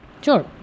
Sure